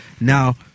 now